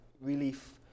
relief